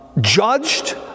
judged